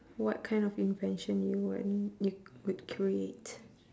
what kind of invention do you want you would create